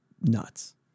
nuts